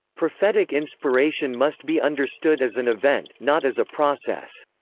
prophetic inspiration must be understood as an event, not as a process.